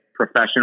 professional